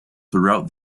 throughout